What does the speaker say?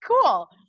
Cool